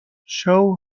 show